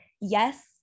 Yes